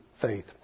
faith